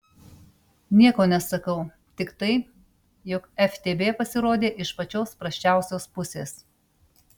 nieko nesakau tik tai jog ftb pasirodė iš pačios prasčiausios pusės